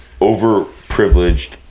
overprivileged